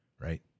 Right